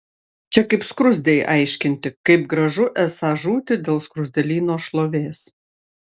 čia kaip skruzdei aiškinti kaip gražu esą žūti dėl skruzdėlyno šlovės